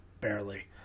barely